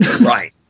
Right